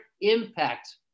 impact